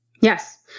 Yes